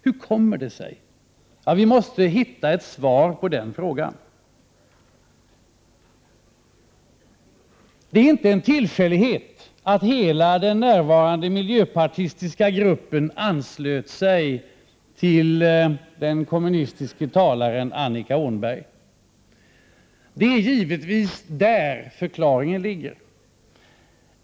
Hur kommer det sig? Vi måste hitta ett svar på den frågan! Det är inte en tillfällighet att hela den närvarande miljöpartigruppen anslöt sig till den kommunistiska talaren Annika Åhnberg. Det är givetvis där förklaringen ligger.